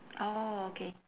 orh okay